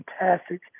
fantastic